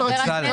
במודל רציף,